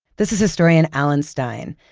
this is historian alan stein,